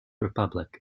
republic